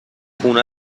خونه